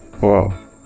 Wow